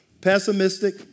pessimistic